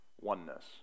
oneness